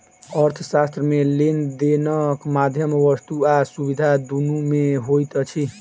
अर्थशास्त्र मे लेन देनक माध्यम वस्तु आ सुविधा दुनू मे होइत अछि